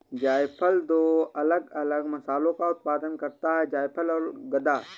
जायफल दो अलग अलग मसालों का उत्पादन करता है जायफल और गदा